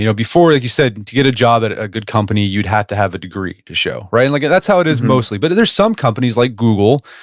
you know before, like you said, to get a job at a good company you'd have to have a degree to show. and like that's how it is mostly. but there are some companies like google,